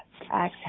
Exhale